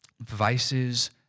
vices